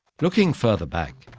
looking further back,